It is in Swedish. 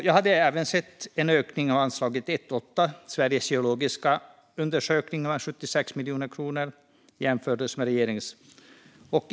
Jag hade även velat se en ökning av anslaget 1:8 Sveriges geologiska undersökning med 76 miljoner kronor i jämförelse med regeringens förslag.